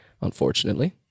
unfortunately